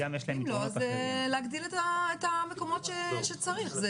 אם לא אז להגדיל את המקומות שצריך.